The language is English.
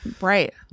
right